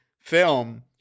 film